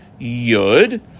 Yud